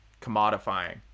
commodifying